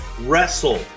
wrestle